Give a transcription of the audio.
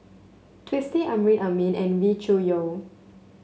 Twisstii Amrin Amin and Wee Cho Yaw